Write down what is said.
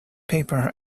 paper